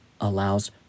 allows